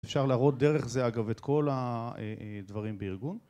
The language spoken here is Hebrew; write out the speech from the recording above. אפשר להראות דרך זה, אגב, את כל הדברים בארגון.